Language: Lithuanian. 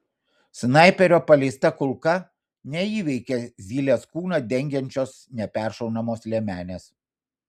snaiperio paleista kulka neįveikia zylės kūną dengiančios neperšaunamos liemenės